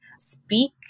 Speak